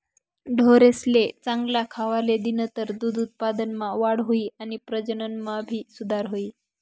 ढोरेसले चांगल खावले दिनतर दूध उत्पादनमा वाढ हुई आणि प्रजनन मा भी सुधार हुई